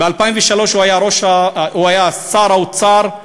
ב-2003 הוא היה שר האוצר.